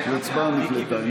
ההצבעה נקלטה.